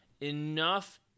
enough